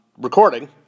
recording